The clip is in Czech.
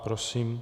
Prosím.